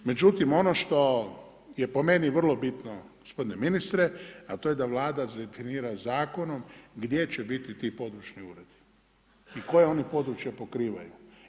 Međutim, ono što je po meni vrlo bitno gospodine ministre a to je da Vlada definira zakonom gdje će biti ti područni uredi i koja oni područja pokrivaju.